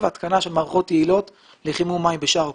התקנה של מערכות יעילות לחימום מים בשאר הקומות.